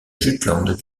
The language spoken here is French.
jutland